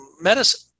medicine